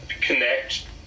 connect